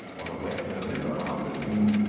on a wet november afternoon,